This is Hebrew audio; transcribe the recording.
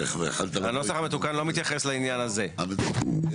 הנוסח המתוקן לא מתייחס לעניין הזה לפני